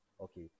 Okay